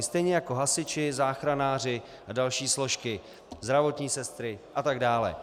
Stejně jako hasiči, záchranáři a další složky, zdravotní sestry a tak dále.